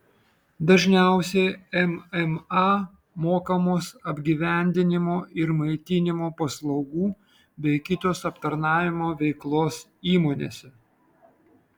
dažniausiai mma mokamos apgyvendinimo ir maitinimo paslaugų bei kitos aptarnavimo veiklos įmonėse